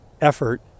effort